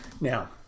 Now